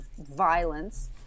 violence